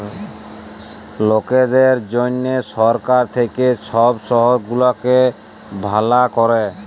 লকদের জনহ সরকার থাক্যে সব শহর গুলাকে ভালা ক্যরে